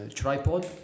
tripod